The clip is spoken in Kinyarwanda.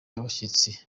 abashyitsi